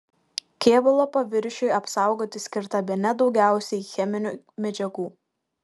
kėbulo paviršiui apsaugoti skirta bene daugiausiai cheminių medžiagų